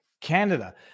Canada